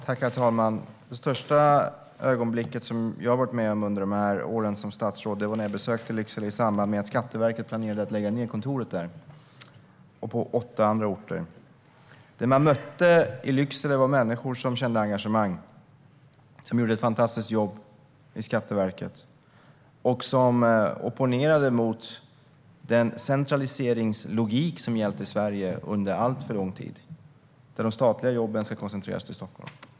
Herr talman! Det största ögonblick som jag har varit med om under mina år som statsråd var när jag besökte Lycksele i samband med att Skatteverket planerade att lägga ned kontoret där och på åtta andra orter. I Lycksele mötte jag människor som kände engagemang, som gjorde ett fantastiskt jobb i Skatteverket och som opponerade mot den centraliseringslogik som gällt i Sverige under alltför lång tid och som handlade om att de statliga jobben ska koncentreras till Stockholm.